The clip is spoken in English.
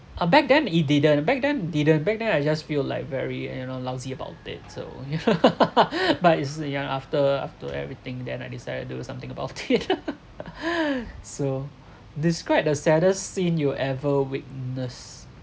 uh back then it didn't back then didn't back then I just feel like very you know lousy about it so but is the yeah after after everything then I decided to do something about it so describe the saddest scene you ever witness